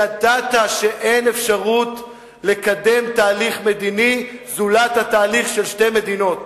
ידעת שאין אפשרות לקדם תהליך מדיני זולת התהליך של שתי מדינות.